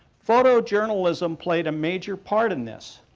photojournalism played a major part in this.